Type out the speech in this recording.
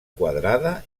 quadrada